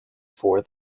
for